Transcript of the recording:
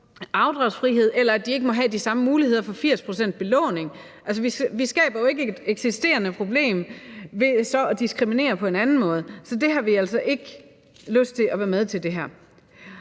afdragsfrihed, eller at de ikke må have de samme muligheder for 80 pct.'s belåning. Altså, vi løser jo ikke et eksisterende problem ved at diskriminere på en anden måde, så vi har altså ikke lyst til at være med til det her.